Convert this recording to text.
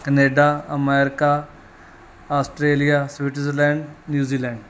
Canada America Australia Switzerland New Zealand